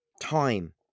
time